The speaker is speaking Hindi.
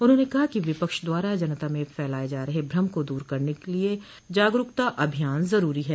उन्होंने कहा कि विपक्ष द्वारा जनता में फैलाये जा रहे भ्रम को दूर करने के लिए जागरूकता अभियान जरूरी है